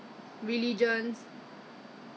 but I have not use